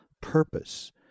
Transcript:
purpose